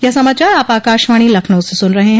ब्रे क यह समाचार आप आकाशवाणी लखनऊ से सुन रहे हैं